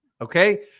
Okay